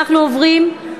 אנחנו עוברים, פנינה,